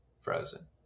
frozen